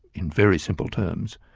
in very simple terms,